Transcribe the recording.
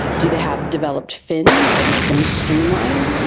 do they have developed fins that make them streamlined?